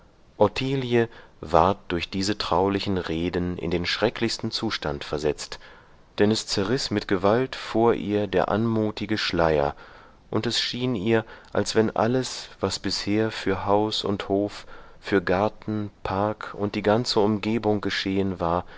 ward durch diese traulichen reden in den schrecklichsten zustand versetzt denn es zerriß mit gewalt vor ihr der anmutige schleier und es schien ihr als wenn alles was bisher für haus und hof für garten park und die ganze umgebung geschehen war